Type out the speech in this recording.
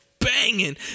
Banging